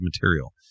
material